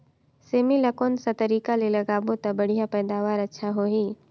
सेमी ला कोन सा तरीका ले लगाबो ता बढ़िया पैदावार अच्छा होही?